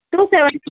two seven